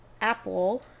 apple